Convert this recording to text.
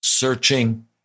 searching